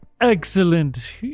excellent